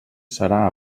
serà